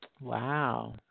Wow